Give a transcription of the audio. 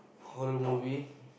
horror movie